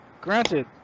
Granted